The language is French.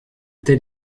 tel